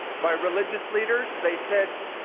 by religious leaders. they said,